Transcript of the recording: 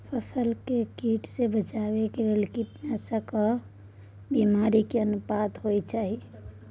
फसल के कीट से बचाव के लेल कीटनासक आ पानी के की अनुपात होय चाही?